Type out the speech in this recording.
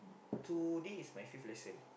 today is my fifth lesson